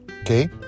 okay